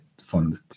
funded